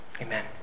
Amen